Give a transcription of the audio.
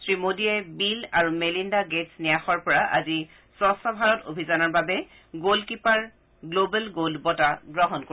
শ্ৰীমোডীয়ে বিল আৰু Melinda Gates ন্যাসৰপৰা আজি স্বচ্ছ ভাৰত অভিযানৰ বাবে গ'লকিপাৰ গ্লোবেল গল্ড বঁটা গ্ৰহণ কৰিব